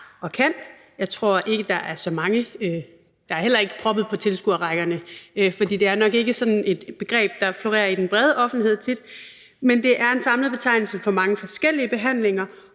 og kan. Jeg tror ikke, der er så mange, der ved det, og der er heller ikke proppet på tilskuerrækkerne, for det er nok ikke sådan et begreb, der florerer i den brede offentlighed tit. Men det er en samlet betegnelse for mange forskellige behandlinger,